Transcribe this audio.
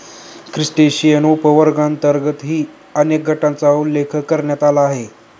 क्रस्टेशियन्सच्या उपवर्गांतर्गतही अनेक गटांचा उल्लेख करण्यात आला आहे